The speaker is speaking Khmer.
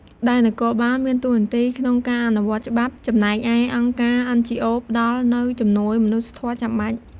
ដែលនគរបាលមានតួនាទីក្នុងការអនុវត្តច្បាប់ ចំណែកឯអង្គការ អិន ជី អូ ផ្តល់នូវជំនួយមនុស្សធម៌ចាំបាច់។